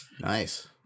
Nice